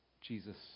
Jesus